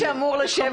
מי שאמור לשבת